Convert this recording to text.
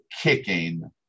kicking